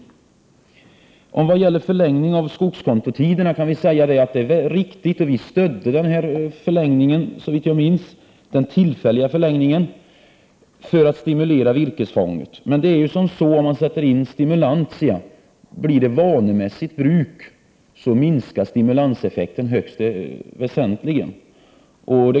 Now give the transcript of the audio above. I reservationerna 3 och 5 begärs en förlängning av skogskontotiden. Vi stödde den tillfälliga förlängningen för att stimulera virkesfånget. Men om man sätter in stimulantia så att det blir ett vanemässigt bruk, minskar stimulanseffekten högst väsentligt.